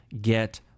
get